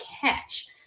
catch